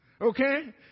Okay